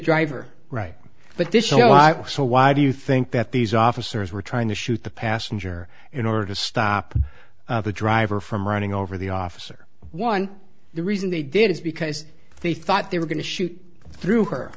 is so why do you think that these officers were trying to shoot the passenger in order to stop the driver from running over the officer one the reason they did is because they thought they were going to shoot through her